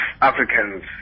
Africans